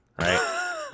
right